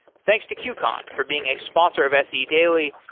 thanks to qcon for being a sponsor of se daily,